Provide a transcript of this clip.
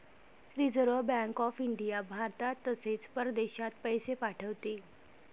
reserve bank of India भारतात तसेच परदेशात पैसे पाठवते